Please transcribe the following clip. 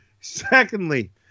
Secondly